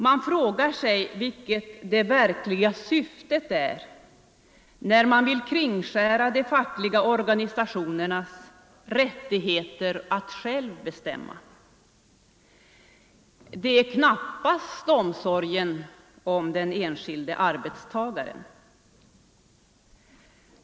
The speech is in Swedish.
Man frågar sig vilket det verkliga syftet är när man vill kringskära de fackliga organisationernas rättigheter att själva bestämma. Det är knappast omsorgen om den enskilde arbetstagaren.